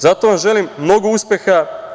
Zato vam želim mnogo uspeha.